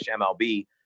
MLB